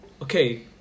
Okay